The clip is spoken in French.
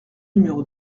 numéro